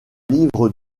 livre